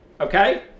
okay